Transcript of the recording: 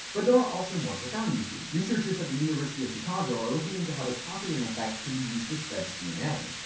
but there are also more profound uses. researchers at the university of chicago are looking into how the coffee ring effect can be used to stretch dna.